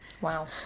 Wow